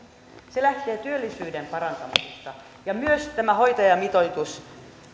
se lähtee työllisyyden parantamisesta ja myös tämä hoitajamitoitus